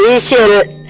ah senate